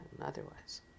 otherwise